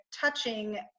touching